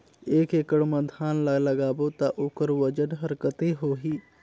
एक एकड़ मा धान ला लगाबो ता ओकर वजन हर कते होही?